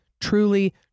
truly